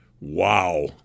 Wow